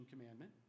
commandment